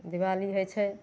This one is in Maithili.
दीवाली होइ छै